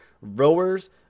rowers